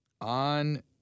on